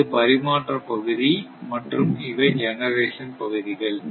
இது பரிமாற்ற பகுதி மற்றும் இவை ஜெனரேஷன் பகுதிகள்